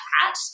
hat